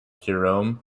jerome